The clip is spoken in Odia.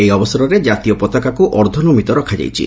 ଏହି ଅବସରରେ କାତୀୟ ପତାକାକୁ ଅର୍ଦ୍ଧନମିତ କରାଯାଇଛି